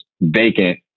vacant